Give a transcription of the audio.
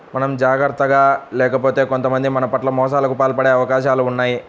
మనం జాగర్తగా లేకపోతే కొంతమంది మన పట్ల మోసాలకు పాల్పడే అవకాశాలు ఉన్నయ్